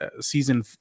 season